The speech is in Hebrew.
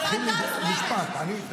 תתחיל במשפט "אני מתנגד".